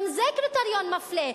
גם זה קריטריון מפלה,